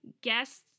guests